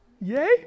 Yay